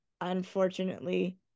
unfortunately